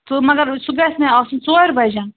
تہٕ مگر سُہ گژھِ مےٚ آسُن ژورِ بَجہِ